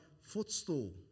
footstool